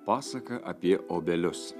pasaka apie obelius